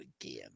again